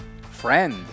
Friend